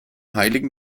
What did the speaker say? heiligen